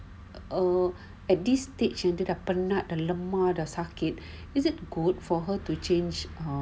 oh at this stage eh dia dah penat dah lemah dah sakit is it good for her to change